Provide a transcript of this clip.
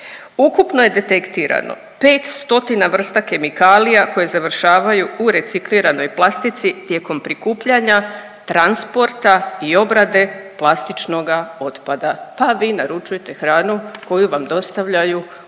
Ukupno je detektirano 500 vrsta kemikalija koje završavaju u recikliranoj plastici tijekom prikupljanja, transporta i obrade plastičnoga otpada, pa vi naručujte hranu koju vam dostavljaju u